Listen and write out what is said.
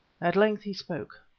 at length he spoke.